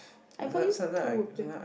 I bought you two of that